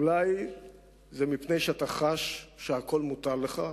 אולי זה מפני שאתה חש שהכול מותר לך,